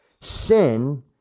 Sin